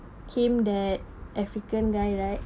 keen that african guy right